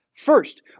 First